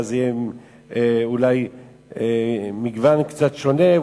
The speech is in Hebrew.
ואז יהיה אולי מגוון קצת שונה,